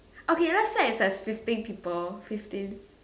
okay let's start with like fifteen people fifteen